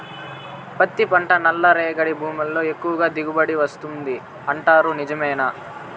పత్తి పంట నల్లరేగడి భూముల్లో ఎక్కువగా దిగుబడి వస్తుంది అంటారు నిజమేనా